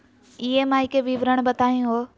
EMI के विवरण बताही हो?